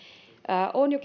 olen jo